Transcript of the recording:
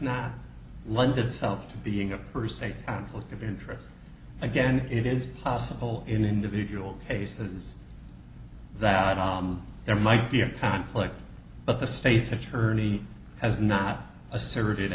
not lend itself to being a per se outlook of interest again it is possible in individual cases that are there might be a conflict but the state's attorney has not asserted